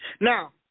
Now